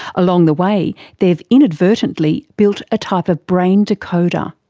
along the way they've inadvertently built a type of brain decoder.